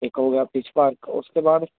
ਇੱਕ ਹੋ ਗਿਆ ਫਿਸ਼ ਪਾਰਕ ਉਸ ਤੋਂ ਬਾਅਦ